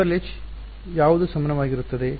ಆದ್ದರಿಂದ ∇× H ಯಾವುದು ಸಮಾನವಾಗಿರುತ್ತದೆ